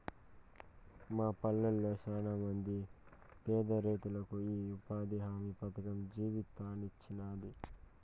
మా పల్లెళ్ళ శానమంది పేదరైతులకు ఈ ఉపాధి హామీ పథకం జీవితాన్నిచ్చినాది